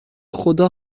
خدا